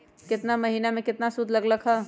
केतना महीना में कितना शुध लग लक ह?